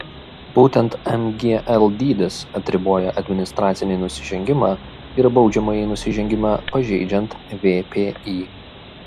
būtent mgl dydis atriboja administracinį nusižengimą ir baudžiamąjį nusižengimą pažeidžiant vpį